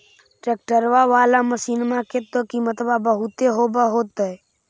ट्रैक्टरबा बाला मसिन्मा के तो किमत्बा बहुते होब होतै?